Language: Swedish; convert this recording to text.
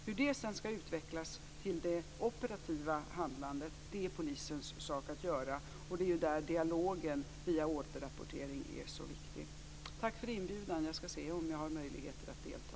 Hur det sedan skall utvecklas till det operativa handlandet är polisens sak att göra. Det är där dialogen via återrapportering är så viktig. Tack för inbjudan! Jag skall se om jag har möjligheter att delta.